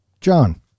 John